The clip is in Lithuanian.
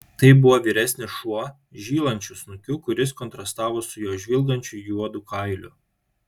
tai buvo vyresnis šuo žylančiu snukiu kuris kontrastavo su jo žvilgančiu juodu kailiu